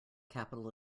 capital